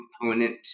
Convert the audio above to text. component